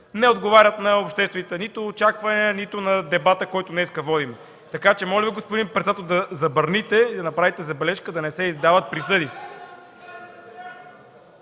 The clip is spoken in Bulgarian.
не отговарят нито на обществените очаквания, нито на дебата, който днес водим. Моля Ви, господин председател, да забраните и да направите забележка да не се издават присъди.